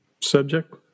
subject